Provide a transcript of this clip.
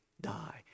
die